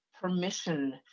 permission